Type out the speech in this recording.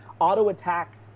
auto-attack